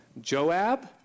Joab